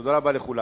תודה רבה לכולם.